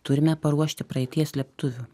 turime paruošti praeities slėptuvių